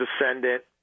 ascendant